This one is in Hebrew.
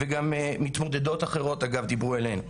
וגם מתמודדות אחרות אגב דיברו עליהם.